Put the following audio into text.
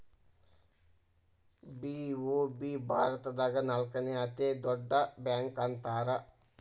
BOB ಭಾರತದಾಗ ನಾಲ್ಕನೇ ಅತೇ ದೊಡ್ಡ ಬ್ಯಾಂಕ ಅಂತಾರ